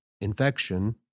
infection